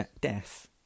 death